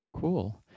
Cool